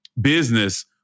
business